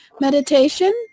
meditation